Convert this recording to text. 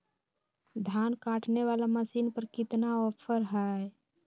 धान काटने वाला मसीन पर कितना ऑफर हाय?